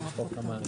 כנראה זה לוקח זמן.